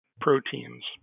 proteins